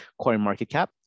CoinMarketCap